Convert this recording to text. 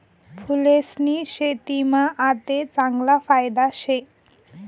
फूलेस्नी शेतीमा आते चांगला फायदा शे